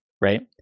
right